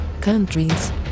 countries